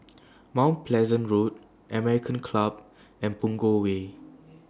Mount Pleasant Road American Club and Punggol Way